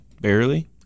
Barely